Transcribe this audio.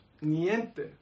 niente